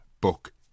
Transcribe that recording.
book